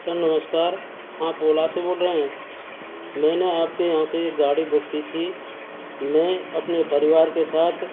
sir नमस्कार आप ओला से बोल रहे हैं मैंने आप के यहाँ से एक गाड़ी बुक की थी मैं अपने परिवार के साथ